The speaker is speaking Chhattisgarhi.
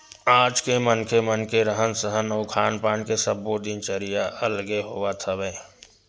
आज के मनखे मन के रहन सहन अउ खान पान के सब्बो दिनचरया अलगे होवत हवय